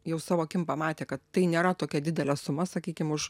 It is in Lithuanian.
jau savo akim pamatė kad tai nėra tokia didelė suma sakykim už